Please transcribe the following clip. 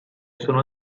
sono